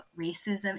racism